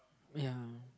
ya